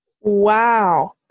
Wow